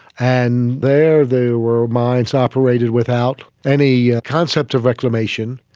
and there there were mines operating without any concept of reclamation.